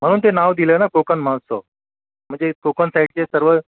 म्हणून ते नाव दिलं ना कोकण महोत्सव म्हणजे कोकण साईडचे सर्व